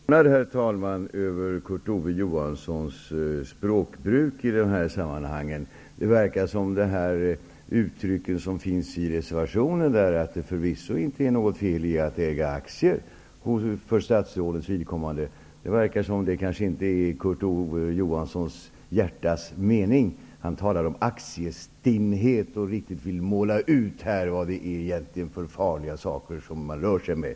Herr talman! Jag är litet grand förvånad över Kurt Ove Johanssons språkbruk i detta sammanhang. Reservationen ger ju uttryck för att det förvisso inte är något fel i att äga aktier för statsrådens vidkommande. Men det förefaller som att detta inte är Kurt Ove Johanssons hjärtas mening. Han talade om ''aktiestinnhet'', samtidigt som han riktigt ville måla ut vad det är för farliga saker som man rör sig med.